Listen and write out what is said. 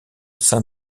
sein